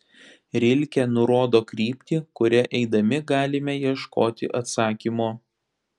rilke nurodo kryptį kuria eidami galime ieškoti atsakymo